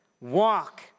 walk